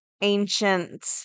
ancient